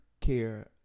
care